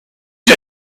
you